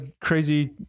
crazy